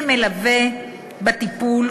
כמלווה בטיפול,